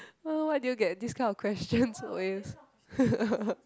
why why why did you get this kind of questions always